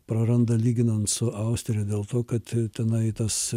praranda lyginant su austrija dėl to kad tenai tas